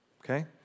Okay